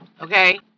Okay